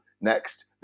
next